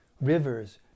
Rivers